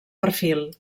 perfil